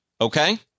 Okay